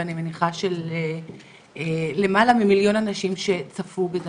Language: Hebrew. ואני מניחה שגם ללמעלה ממיליון אנשים שצפו בזה.